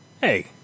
Hey